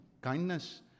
kindness